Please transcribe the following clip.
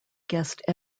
guest